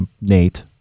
Nate